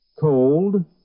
cold